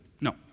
No